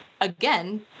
again